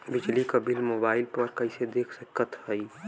बिजली क bill mobile पर कईसे देख सकत हई?